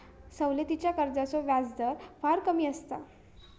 सवलतीच्या कर्जाचो व्याजदर फार कमी असता